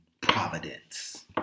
providence